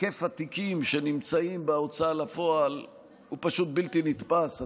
היקף התיקים שנמצאים בהוצאה לפועל הוא פשוט בלתי נתפס.